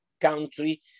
country